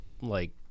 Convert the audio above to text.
like-